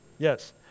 Yes